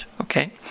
Okay